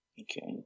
Okay